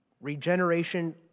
Regeneration